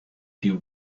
più